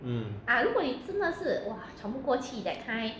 嗯